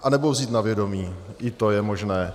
Anebo vzít na vědomí, i to je možné.